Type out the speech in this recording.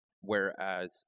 whereas